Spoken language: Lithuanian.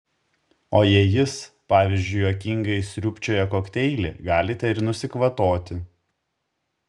o jei jis pavyzdžiui juokingai sriubčioja kokteilį galite ir nusikvatoti